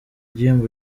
gihembo